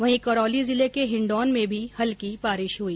वहीं करौली जिले के हिण्डौन में भी हल्की बारिश हुई